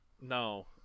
No